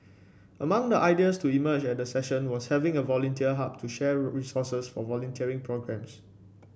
among the ideas to emerge at the session was having a volunteer hub to share resources for volunteering programmes